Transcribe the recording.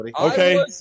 Okay